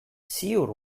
ziur